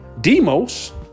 demos